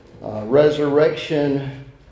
resurrection